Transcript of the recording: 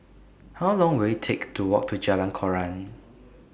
How Long Will IT Take to Walk to Jalan Koran